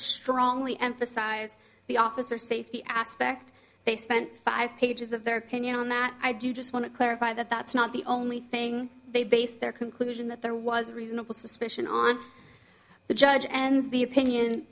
strongly emphasize the officer safety aspect they spent five pages of their opinion on that i do just want to clarify that that's not the only thing they base their conclusion that there was reasonable suspicion on the judge and the opinion